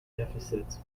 deficits